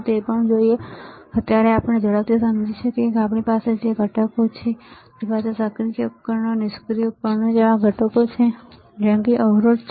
તેથી અત્યારે આપણે ઝડપથી સમજીએ કે આપણી પાસે ઘટકો છે આપણી પાસે સક્રિય ઉપકરણો નિષ્ક્રિય ઉપકરણો જેવા ઘટકો જેવા અવરોધ છે